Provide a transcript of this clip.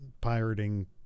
pirating